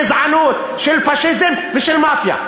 של גזענות, של פאשיזם ושל מאפיה.